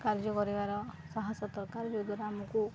କାର୍ଯ୍ୟ କରିବାର ସାହସତ୍ୱ କାର୍ଯ୍ୟ ଦ୍ୱାରା ଆମକୁ